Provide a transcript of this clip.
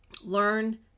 learn